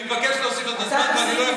אני מבקש להוסיף לה את הזמן,